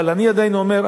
אבל אני עדיין אומר,